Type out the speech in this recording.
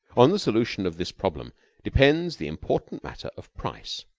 on the solution of this problem depends the important matter of price,